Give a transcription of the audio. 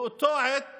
באותו עת